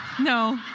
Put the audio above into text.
No